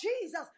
Jesus